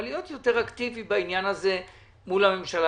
אבל להיות יותר אקטיבי בעניין הזה מול הממשלה.